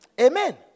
Amen